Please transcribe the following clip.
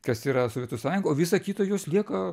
kas tai yra sovietų sąjunga o visa kita jos lieka